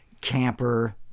camper